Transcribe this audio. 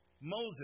Moses